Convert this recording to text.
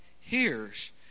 hears